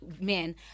men